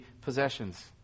possessions